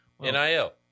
nil